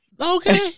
Okay